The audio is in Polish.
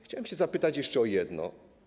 Chciałem zapytać jeszcze o jedno.